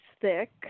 thick